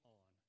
on